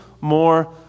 more